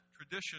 tradition